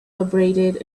abraded